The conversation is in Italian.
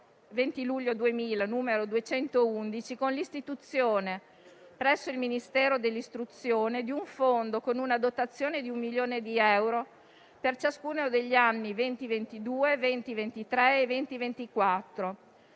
20 luglio 2000, n. 211, con l'istituzione, presso il Ministero dell'istruzione, di un fondo con una dotazione di un milione di euro per ciascuno degli anni 2022, 2023 e 2024,